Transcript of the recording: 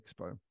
Expo